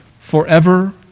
forever